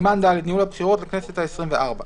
"סימן ד': ניהול הבחירות לכנסת העשרים וארבע.